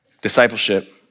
discipleship